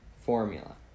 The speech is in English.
formula